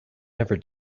never